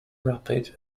rapid